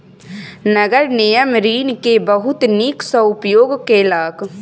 नगर निगम ऋण के बहुत नीक सॅ उपयोग केलक